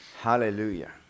Hallelujah